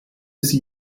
sie